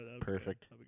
perfect